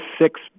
six